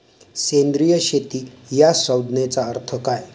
सेंद्रिय शेती या संज्ञेचा अर्थ काय?